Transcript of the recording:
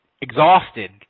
exhausted